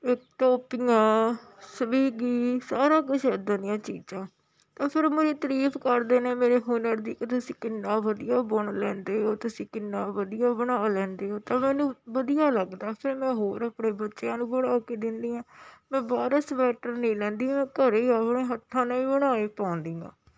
ਟੋਪੀਆਂ ਸਵੀਗੀ ਸਾਰਾ ਕੁਝ ਈਦ ਦੀਆਂ ਚੀਜ਼ਾਂ ਤਾਂ ਫਿਰ ਉਹ ਮੇਰੀ ਤਾਰੀਫ ਕਰਦੇ ਨੇ ਮੇਰੇ ਹੁਨਰ ਦੀ ਕਿ ਤੁਸੀਂ ਕਿੰਨਾ ਵਧੀਆ ਬੁਣ ਲੈਂਦੇ ਹੋ ਤੁਸੀਂ ਕਿੰਨਾ ਵਧੀਆ ਬਣਾ ਲੈਂਦੇ ਹੋ ਤਾਂ ਮੈਨੂੰ ਵਧੀਆ ਲੱਗਦਾ ਫਿਰ ਮੈਂ ਹੋਰ ਆਪਣੇ ਬੱਚਿਆਂ ਨੂੰ ਬਣਾ ਕੇ ਦਿੰਨੀ ਹਾਂ ਮੈਂ ਬਾਹਰੋਂ ਸਵੈਟਰ ਨਹੀਂ ਲੈਂਦੀ ਮੈਂ ਘਰੇ ਆਪਣੇ ਹੱਥਾਂ ਨਾਲ਼ ਬਣਾਏ ਪਾਉਂਦੀ ਹਾਂ